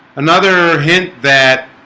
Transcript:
another hint that